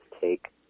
take